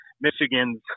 Michigan's